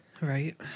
Right